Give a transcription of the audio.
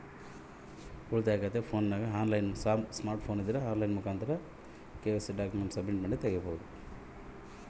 ಉಳಿತಾಯ ಖಾತೆ ಫೋನಿನಾಗ ಹೆಂಗ ತೆರಿಬೇಕು?